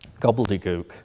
gobbledygook